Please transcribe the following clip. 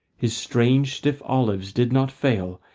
his strange, stiff olives did not fail,